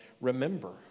remember